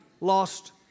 lost